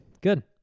Good